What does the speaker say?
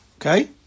Okay